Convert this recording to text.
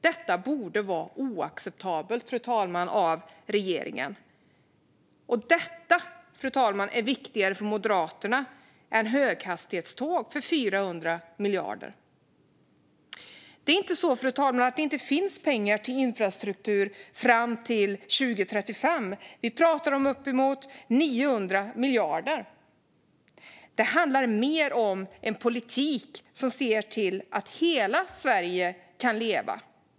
Detta borde vara oacceptabelt för regeringen. Fru talman! Det här är viktigare för Moderaterna än höghastighetståg för 400 miljarder. Det är inte så att det inte finns pengar till infrastruktur fram till 2035, utan vi pratar om uppemot 900 miljarder. Det handlar mer om att ha en politik som ser till att hela Sverige kan leva.